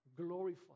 glorify